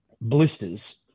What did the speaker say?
blisters